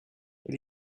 elle